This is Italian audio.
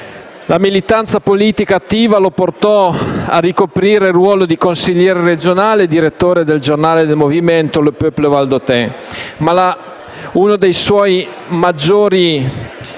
La militanza politica attiva lo portò a ricoprire il ruolo di consigliere regionale e direttore del giornale del movimento, «Le Peuple Valdôtain», ma uno dei suoi maggiori